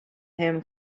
him